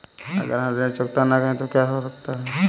अगर हम ऋण चुकता न करें तो क्या हो सकता है?